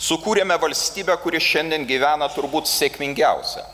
sukūrėme valstybę kuri šiandien gyvena turbūt sėkmingiausią